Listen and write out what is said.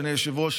אדוני היושב-ראש,